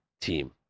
team